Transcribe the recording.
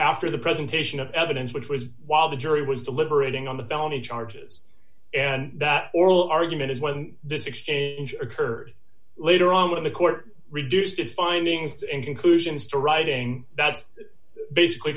after the presentation of evidence which was while the jury was deliberating on the downy charges and that oral argument is when this exchange occurred later on when the court reduced its findings and conclusions to writing that's basically